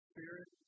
Spirit